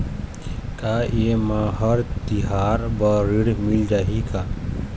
का ये मा हर तिहार बर ऋण मिल जाही का?